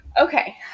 Okay